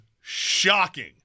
shocking